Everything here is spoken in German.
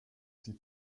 die